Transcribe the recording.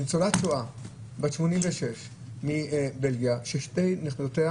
ניצולת שואה בת 86 מבלגיה ששתי נכדותיה